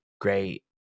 great